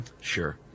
Sure